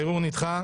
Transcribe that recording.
הערעור נדחה.